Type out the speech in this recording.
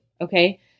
Okay